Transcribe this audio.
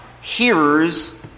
hearers